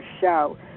show